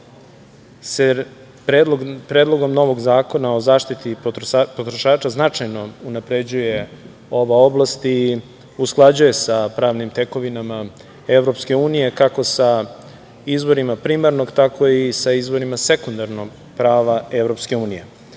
se predlogom novog Zakona o zaštiti potrošača značajno unapređuje ova oblast i usklađuje sa pravnim tekovinama EU, kako sa izvorima primarnog, tako i sa izvorima sekundarnog prava EU.Zaštita